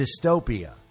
dystopia